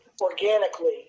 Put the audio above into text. organically